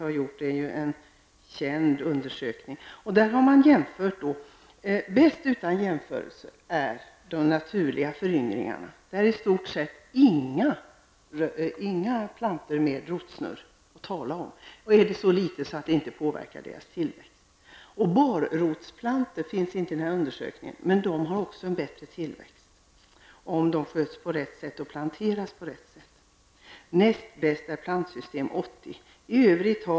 Han har då kommit fram till att bäst resultat blir det av naturlig föryngring. Där finns i stort sett inga plantor med rotsnurr. Om det finns är det så litet att tillväxten inte påverkas. Barrotsplantor finns inte med i undersökningen, men de har en bättre tillväxt om de sköts och planteras på rätt sätt.